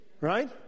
right